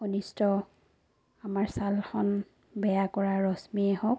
অনিষ্ট আমাৰ ছালখন বেয়া কৰা ৰশ্মিয়েই হওক